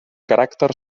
caràcter